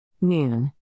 Noon